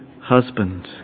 husband